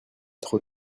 trop